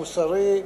מוסרי,